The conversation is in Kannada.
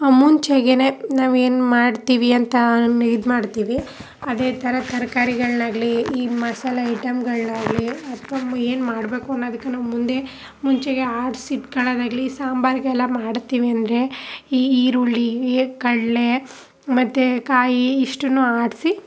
ಮುಂಚೆಗೇನೆ ನಾವೇನು ಮಾಡ್ತೀವಿ ಅಂತ ಇದು ಮಾಡ್ತೀವಿ ಅದೇ ಥರ ತರಕಾರಿಗಳ್ನಾಗ್ಲಿ ಈ ಮಸಾಲೆ ಐಟಮ್ಗಳನ್ನಾಗ್ಲಿ ಅಥವಾ ಏನು ಮಾಡಬೇಕು ಅನ್ನೋದಕ್ಕೆ ನಾವು ಮುಂದೆ ಮುಂಚೆಗೆ ಆರ್ಸಿ ಇಟ್ಕೊಳ್ಳೋದಾಗ್ಲಿ ಸಾಂಬಾರಿಗೆಲ್ಲ ಮಾಡ್ತೀವಿ ಅಂದರೆ ಈ ಈರುಳ್ಳಿ ಈ ಕಡಲೆ ಮತ್ತು ಕಾಯಿ ಇಷ್ಟುನೂ ಆಡಿಸಿ